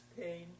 pain